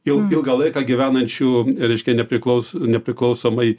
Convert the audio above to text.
jau ilgą laiką gyvenančių reiškia nepriklaus nepriklausomai